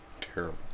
Terrible